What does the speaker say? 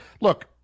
Look